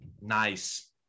Nice